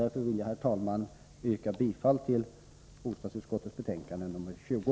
Därför vill jag, herr talman, yrka bifall till hemställan i bostadsutskottets betänkande nr 20.